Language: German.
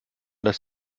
dass